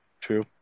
true